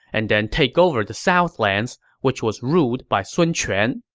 and then take over the southlands, which was ruled by sun quan.